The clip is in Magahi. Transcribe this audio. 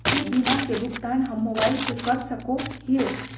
की बीमा के भुगतान हम मोबाइल से कर सको हियै?